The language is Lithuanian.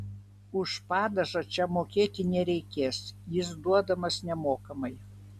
už padažą čia mokėti nereikės jis duodamas nemokamai